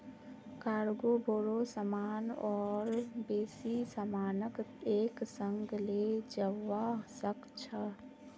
cargo बोरो सामान और बेसी सामानक एक संग ले जव्वा सक छ